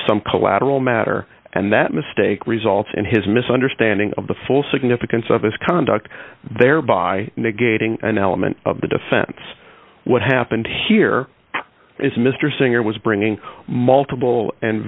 some collateral matter and that mistake results in his misunderstanding of the full significance of his conduct thereby negating an element of the defense what happened here is mr singer was bringing multiple and